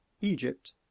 Egypt